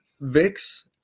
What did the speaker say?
vix